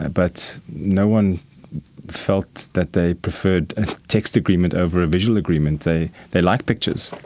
but no one felt that they preferred a text agreement over a visual agreement. they they liked pictures.